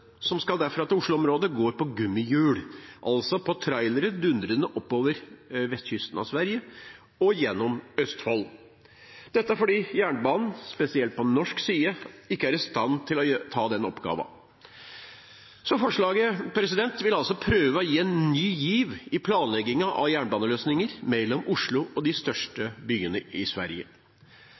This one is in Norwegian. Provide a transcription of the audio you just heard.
som skal derfra til Oslo-området, går på gummihjul, altså på trailere dundrende oppover vestkysten av Sverige og gjennom Østfold, dette fordi jernbanen, spesielt på norsk side, ikke er i stand til å ta denne oppgaven. Så man vil med forslaget prøve å få til en ny giv i planleggingen av jernbaneløsninger mellom Oslo og de største byene i Sverige.